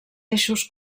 eixos